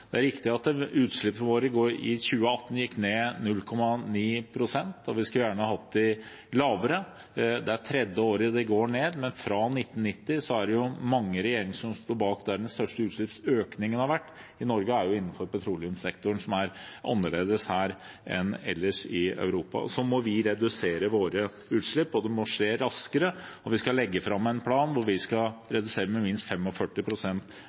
Det er riktig at utslippene våre i 2018 gikk ned 0,9 pst., og vi skulle gjerne hatt dem lavere. Det er tredje året de går ned. Men fra 1990 er det mange regjeringer som står bak der den største utslippsøkningen har vært – i Norge er jo det innenfor petroleumssektoren, som er annerledes her enn ellers i Europa. Så vi må redusere våre utslipp, og det må skje raskere. Vi skal legge fram en plan hvor vi skal redusere med minst